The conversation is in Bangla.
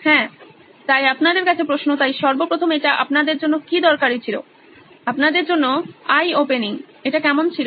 হ্যাঁ তাই আপনাদের কাছে প্রশ্ন তাই সর্বপ্রথম এটা আপনাদের জন্য কি দরকারী ছিল আপনাদের জন্য আই ওপেনিং এটা কেমন ছিল